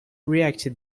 reacted